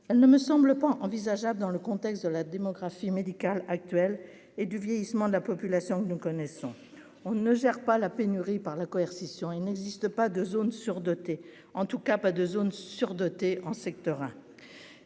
elle ne me semble pas envisageable dans le contexte de la démographie médicale actuelle et du vieillissement de la population que nous connaissons, on ne gère pas la pénurie par la coercition et n'existe pas de zones sur-dotées en tout cas pas de zones sur-dotées en secteur 1